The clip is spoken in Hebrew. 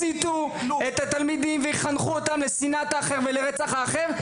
שיסיתו את התלמידים לשנאת האחר ולרצח האחר,